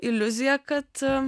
iliuzija kad